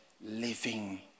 living